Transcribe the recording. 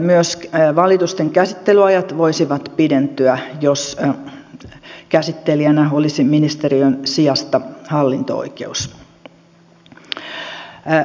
myös valitusten käsittelyajat voisivat pidentyä jos käsittelijänä olisi ministeriön sijasta hallinto oikeus